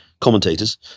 commentators